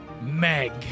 Meg